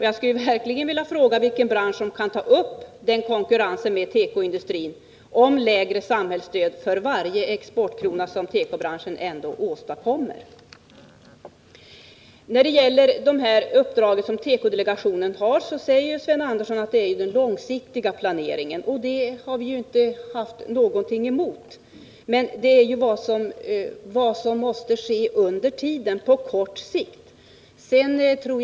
Jag vill verkligen fråga vilken bransch som kan ta upp en konkurrens med tekoindustrin om lägsta samhällsstöd för varje exportkrona som branschen åstadkommer. Sven Andersson sade att de uppdrag som tekodelegationen har gäller den långsiktiga planeringen, och det har vi ingenting emot. Det vi har tagit upp är vad som måste ske på kort sikt, under tiden som delegationen arbetar.